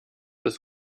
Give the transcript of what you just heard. ist